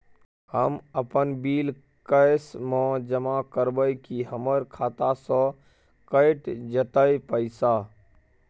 हम अपन bill cash म जमा करबै की हमर खाता स कैट जेतै पैसा?